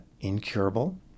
incurable